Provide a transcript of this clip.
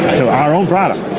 to our own product.